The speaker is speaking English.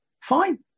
fine